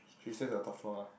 she stays the third floor ah